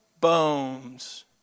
bones